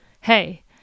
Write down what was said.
hey